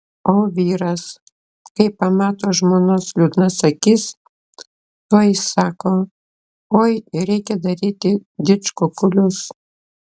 o vyras kai pamato žmonos liūdnas akis tuoj sako oi reikia daryti didžkukulius